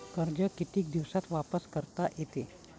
कर्ज कितीक दिवसात वापस करता येते?